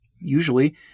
Usually